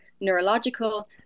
neurological